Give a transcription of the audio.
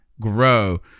grow